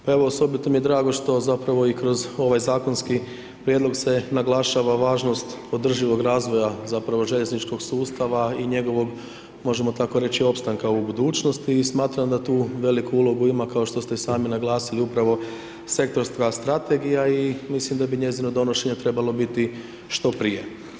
Pa evo, osobito mi je drago što zapravo i kroz ovaj zakonski prijedlog se naglašava važnost održivog razvoja zapravo željezničkog sustava i njegovog, možemo tako reći, opstanka u budućnosti i smatram da tu veliku ulogu ima, kao što ste i sami naglasili upravo sektorska strategija i mislim da bi njezino donošenje trebalo biti što prije.